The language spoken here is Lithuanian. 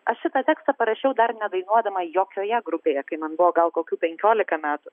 aš šitą tekstą parašiau dar nedainuodama jokioje grupėje kai man buvo gal kokių penkiolika metų